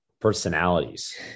personalities